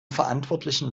verantwortlichen